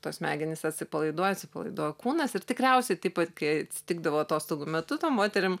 tos smegenys atsipalaiduoja atsipalaiduoja kūnas ir tikriausiai taip pat kai atsitikdavo atostogų metu tom moterim